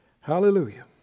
Hallelujah